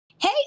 Hey